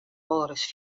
wolris